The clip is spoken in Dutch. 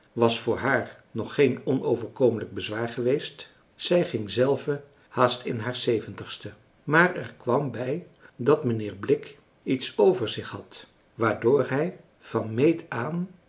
was voor haar nog geen onoverkomelijk bezwaar geweest zij ging zelve haast in haar zeventigste maar er kwam bij dat mijnheer blik iets over zich had waardoor hij van meet aan